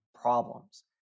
problems